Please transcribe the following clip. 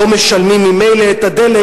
רובם לא משלמים ממילא על הדלק,